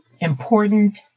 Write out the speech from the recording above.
important